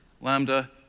Lambda